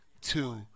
Two